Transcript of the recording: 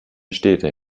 städte